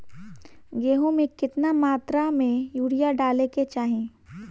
गेहूँ में केतना मात्रा में यूरिया डाले के चाही?